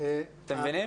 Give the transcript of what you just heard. אתם מבינים?